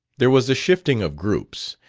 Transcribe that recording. there was a shifting of groups,